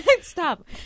stop